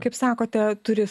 kaip sakote turi